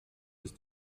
ist